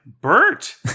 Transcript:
Bert